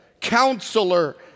Counselor